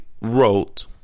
wrote